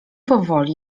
powoli